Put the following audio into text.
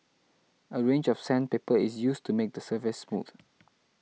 a range of sandpaper is used to make the surface smooth